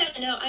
no